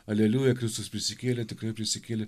aleliuja kristus prisikėlė tikrai prisikėlė